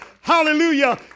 Hallelujah